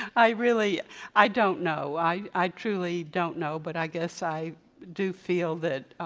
i really i don't know. i i truly don't know. but i guess i do feel that